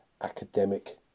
academic